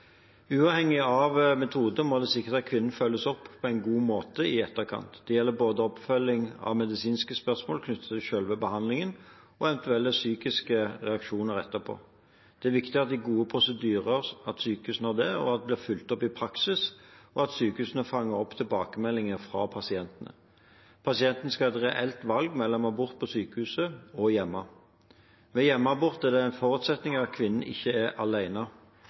Uavhengig av metode må det sikres at kvinnen følges opp på en god måte i etterkant. Det gjelder både oppfølging av medisinske spørsmål knyttet til selve behandlingen og eventuelle psykiske reaksjoner etterpå. Det er viktig at sykehusene har gode prosedyrer, at de blir fulgt opp i praksis, og at sykehusene fanger opp tilbakemeldinger fra pasientene. Pasienten skal ha et reelt valg mellom abort på sykehus og abort hjemme. Ved hjemmeabort er det en forutsetning at kvinnen ikke er